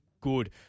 good